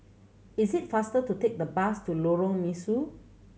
is it faster to take the bus to Lorong Mesu